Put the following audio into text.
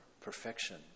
Perfection